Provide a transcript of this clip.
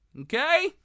Okay